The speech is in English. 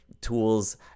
tools